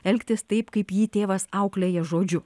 elgtis taip kaip jį tėvas auklėja žodžiu